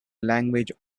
language